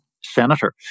senator